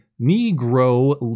Negro